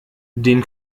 den